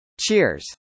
Cheers